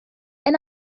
and